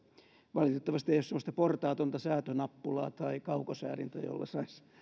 valitettavasti ei ole semmoista portaatonta säätönappulaa tai kaukosäädintä jolla saisi